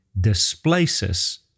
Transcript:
displaces